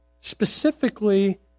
specifically